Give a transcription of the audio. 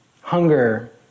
Hunger